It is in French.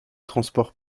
transport